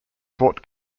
fort